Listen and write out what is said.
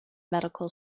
medical